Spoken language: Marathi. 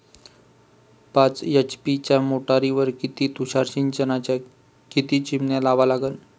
पाच एच.पी च्या मोटारीवर किती तुषार सिंचनाच्या किती चिमन्या लावा लागन?